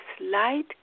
light